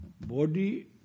body